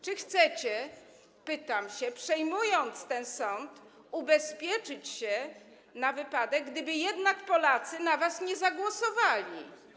Czy chcecie, pytam, przejmując ten sąd, ubezpieczyć się na wypadek, gdyby jednak Polacy na was nie zagłosowali?